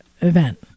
event